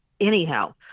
anyhow